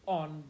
on